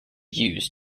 used